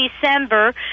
December